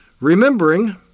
remembering